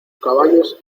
caballos